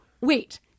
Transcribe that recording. wait